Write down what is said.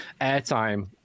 airtime